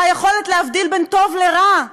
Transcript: זה היכולת להבדיל בין טוב לרע,